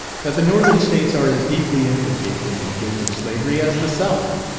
that the northern states are as deeply implicated in the guilt of slavery as the south.